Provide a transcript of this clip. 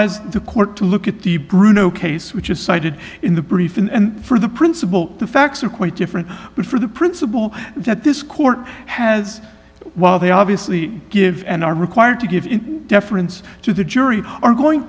advise the court to look at the bruno case which is cited in the brief and for the principal the facts are quite different but for the principle that this court has while they obviously give and are required to give in deference to the jury are going